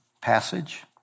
passage